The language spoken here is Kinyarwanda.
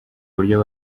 uburyo